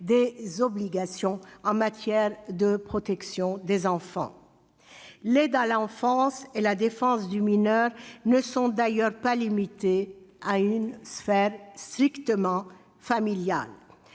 des obligations en matière de protection des enfants. L'aide à l'enfance et la défense du mineur ne se limitent d'ailleurs pas à la sphère familiale.